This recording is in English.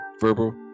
Verbal